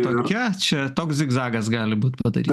tokia čia toks zigzagas gali būt padarytas